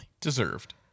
Deserved